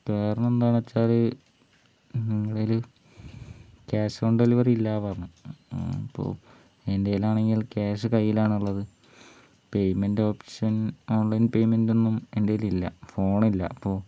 കാരണന്താന്ന് വെച്ചാല് നിങ്ങളുടേല് cash on delivery ഇല്ലാന്ന് പറഞ്ഞു അപ്പോൾ എൻ്റേലാണെങ്കിൽ ക്യാഷ് കയ്യിലാണുള്ളത് പെയ്മെന്റ് ഓപ്ഷൻ ഓൺലൈൻ പെയ്മെന്റ് ഒന്നും എൻ്റേലില്ല ഫോണില്ല അപ്പോൾ